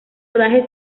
rodaje